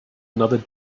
another